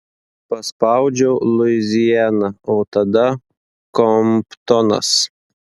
paspaudžiau luiziana o tada komptonas